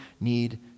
need